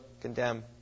condemn